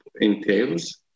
entails